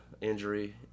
injury